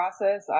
process